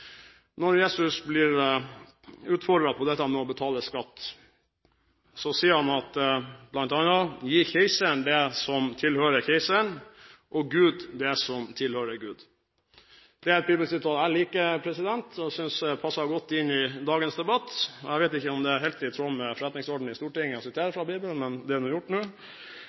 Når Jesus blir utfordret på å betale skatt, sier han bl.a.: «Så gi keiseren det som tilhører keiseren, og Gud det som tilhører Gud.» Det er et bibelsitat jeg liker, og som jeg synes passer godt inn i dagens debatt. Jeg vet ikke om det er helt i tråd med forretningsordenen i Stortinget å sitere fra Bibelen, men det er gjort nå.